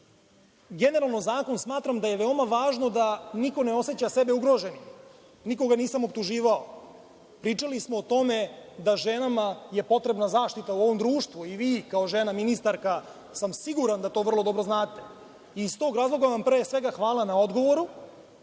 generalno zakon smatram da je veoma važno da niko ne oseća sebe ugroženim. Nikoga nisam optuživao. Pričali smo o tome da je ženama potrebna zaštita u ovom društvu i vi kao žena ministarka sam siguran da to vrlo dobro znate. Iz tog razloga vam, pre svega hvala na odgovoru,